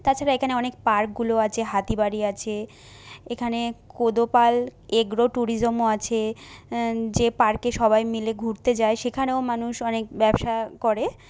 তাছাড়া এখানে অনেক পার্কগুলোও আছে হাতিবাড়ি আছে এখানে কোদোপাল এগ্রো টুরিজমও আছে যে পার্কে সবাই মিলে ঘুরতে যায় সেখানেও মানুষ অনেক ব্যবসা করে